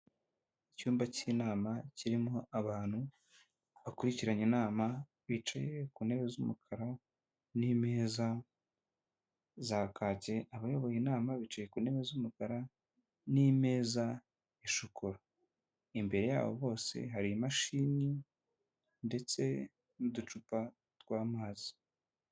Icyumba cy'inama kirimo abantu bakurikiranye inama, bicaye ku ntebe z'umukara n'imeza za kake, abayoboye inama bicaye ku ntebe z'umukara, n'imeza ya shokora, imbere yabo bose hari imashini, ndetse n'uducupa tw'amazi.